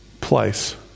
place